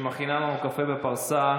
שמכינה לנו קפה בפרסה,